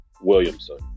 Williamson